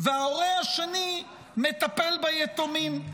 וההורה השני מטפל ביתומים.